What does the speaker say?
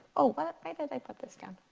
oh what, why did i put this down?